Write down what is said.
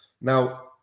Now